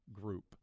group